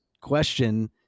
question